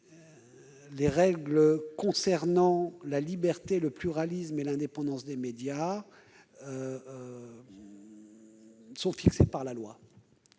les règles concernant la liberté, le pluralisme et l'indépendance des médias sont fixées par la loi.